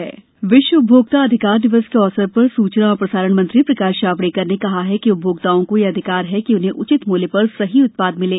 जावडेकर उपभोक्ता दिवस विश्व उपभोक्ता अधिकार दिवस के अवसर पर सूचना और प्रसारण मंत्री प्रकाश जावडेकर ने कहा है कि उपभोक्ताओं को यह अधिकार है कि उन्हें उचित मूल्य पर सही उत्पाद मिले